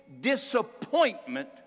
disappointment